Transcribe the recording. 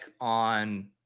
on